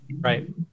Right